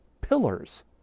pillars